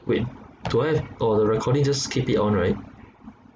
wait do I have oh the recording just keep it on right